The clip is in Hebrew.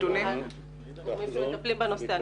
אני לא מטפלת בנושא.